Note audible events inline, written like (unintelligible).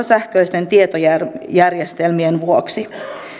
(unintelligible) sähköisten tietojärjestelmien vuoksi